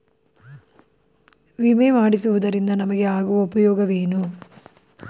ವಿಮೆ ಮಾಡಿಸುವುದರಿಂದ ನಮಗೆ ಆಗುವ ಉಪಯೋಗವೇನು?